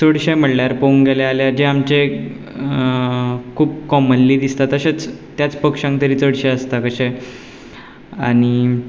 चडशे म्हणल्यार पळोवंक गेल्यार जे आमचे खूब कॉमन्ली दिसता तशेंच त्याच पक्षांक तरी चडशें आसता कशे आनी